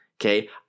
okay